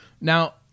Now